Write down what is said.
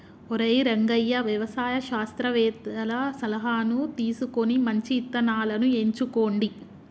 ఒరై రంగయ్య వ్యవసాయ శాస్త్రవేతల సలహాను తీసుకొని మంచి ఇత్తనాలను ఎంచుకోండి